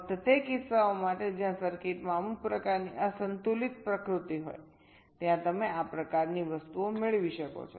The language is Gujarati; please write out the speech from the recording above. ફક્ત તે કિસ્સાઓ માટે જ્યાં સર્કિટમાં અમુક પ્રકારની અસંતુલિત પ્રકૃતિ હોય ત્યાં તમે આ પ્રકારની વસ્તુઓ મેળવી શકો છો